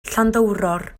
llanddowror